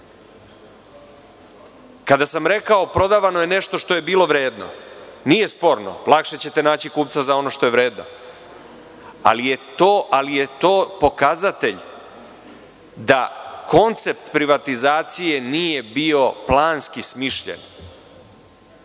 sam rekao – prodavano je nešto što je bilo vredno, nije sporno, lakše ćete naći kupca za ono što je vredno, ali je to pokazatelj da koncept privatizacije nije bio planski smišljen,